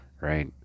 right